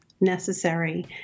necessary